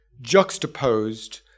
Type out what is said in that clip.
juxtaposed